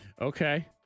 Okay